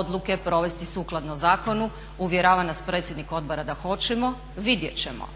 odluke provesti sukladno zakonu? Uvjerava nas predsjednik odbora da hoćemo. Vidjet ćemo,